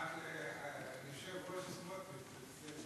היושב-ראש סמוטריץ.